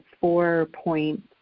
four-point